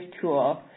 tool